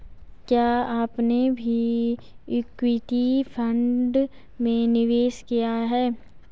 क्या आपने भी इक्विटी फ़ंड में निवेश किया है?